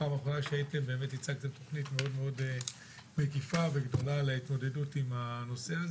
פעם אחרונה שהייתם הצגתם תוכנית מקיפה וגדולה להתמודדות עם הנושא.